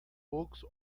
books